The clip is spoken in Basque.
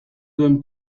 duen